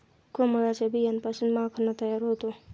कमळाच्या बियांपासून माखणा तयार होतो